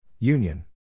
Union